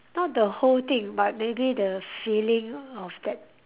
not the whole thing but maybe the feeling of that